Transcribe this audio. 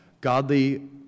godly